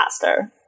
faster